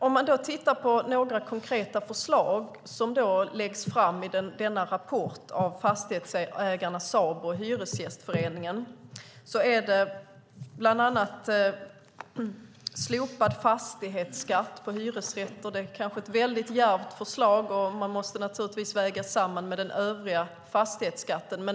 Ett konkret förslag som läggs fram i denna rapport av Fastighetsägarna, Sabo och Hyresgästföreningen är slopad fastighetsskatt på hyresrätten - kanske ett djärvt förslag som naturligtvis måste vägas samman med den övriga fastighetsskatten.